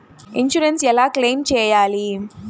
Insurance ఎలా claim చేయాలి?